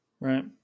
right